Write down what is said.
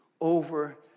over